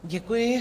Děkuji.